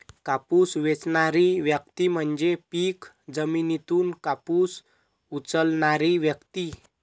कापूस वेचणारी व्यक्ती म्हणजे पीक जमिनीतून कापूस उचलणारी व्यक्ती